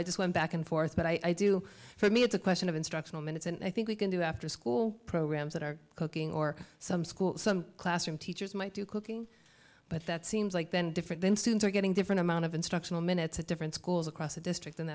i just went back and forth but i do for me it's a question of instructional minutes and i think we can do after school programs that are cooking or some school some classroom teachers might do cooking but that seems like then different then students are getting different amount of instructional minutes at different schools across the district and